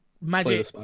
Magic